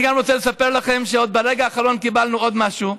אני גם רוצה לספר לכם שברגע האחרון קיבלנו עוד משהו,